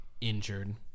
injured